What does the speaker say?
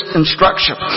instruction